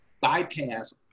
bypass